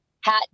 hat